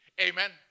Amen